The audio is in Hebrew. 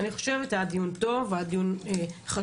אני חושבת שהיה דיון טוב, היה דיון חשוב.